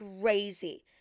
crazy